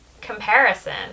comparison